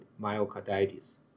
myocarditis